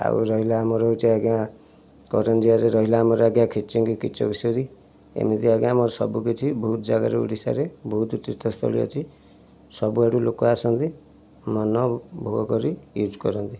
ଆଉ ରହିଲା ଆମର ହେଉଛି ଆଜ୍ଞା କରଞ୍ଜିଆରେ ରହିଲା ଆମର ଆଜ୍ଞା ଖିଚିଙ୍ଗ କୀଚକେଶ୍ଵରୀ ଏମିତି ଆଜ୍ଞା ଆମର ସବୁକିଛି ବହୁତ ଜାଗାରେ ଓଡ଼ିଶାରେ ବହୁତ ତୀର୍ଥସ୍ଥଳୀ ଅଛି ସବୁ ଆଡ଼ୁ ଲୋକ ଆସନ୍ତି ମନ ଭୋଗକରି ୟୁଜ୍ କରନ୍ତି